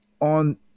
on